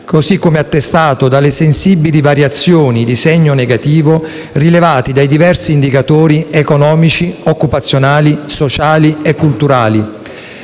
così come attestato dalle sensibili variazioni di segno negativo rilevate dai diversi indicatori economici, occupazionali, sociali e culturali.